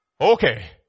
Okay